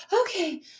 okay